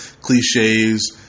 cliches